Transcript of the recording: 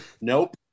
Nope